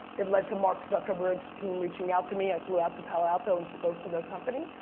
it led to mark zuckerberg's team reaching out to me, i flew out to palo alto and spoke to their company.